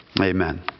Amen